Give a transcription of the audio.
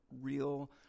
real